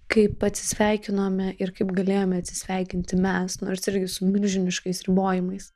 kaip atsisveikinome ir kaip galėjome atsisveikinti mes nors irgi su milžiniškais ribojimais